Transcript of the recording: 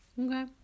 Okay